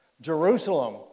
Jerusalem